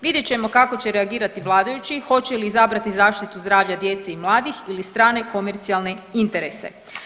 Vidjet ćemo kako će reagirati vladajući, hoće li izabrati zaštitu zdravlja djece i mladih ili strane komercijalne interese.